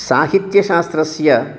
साहित्यशास्त्रस्य